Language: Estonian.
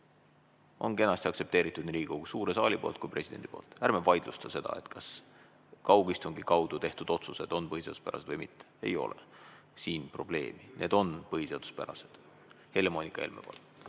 on kenasti aktsepteeritud nii Riigikogu suure saali kui ka presidendi poolt. Ärme vaidlustame seda, kas kaugistungi kaudu tehtud otsused on põhiseaduspärased või mitte. Ei ole siin probleemi, need on põhiseaduspärased. Helle-Moonika Helme,